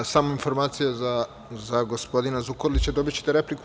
Samo informacija za gospodina Zukorlića - dobićete repliku.